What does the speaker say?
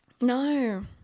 No